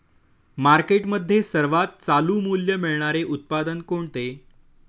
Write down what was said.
मार्केटमध्ये सर्वात चालू मूल्य मिळणारे उत्पादन कोणते?